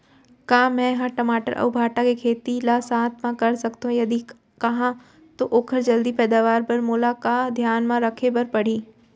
का मै ह टमाटर अऊ भांटा के खेती ला साथ मा कर सकथो, यदि कहाँ तो ओखर जलदी पैदावार बर मोला का का धियान मा रखे बर परही?